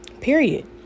period